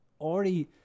already